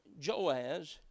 Joaz